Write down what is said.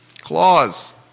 Claws